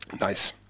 Nice